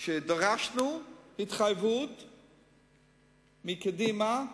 דרשנו התחייבות מקדימה,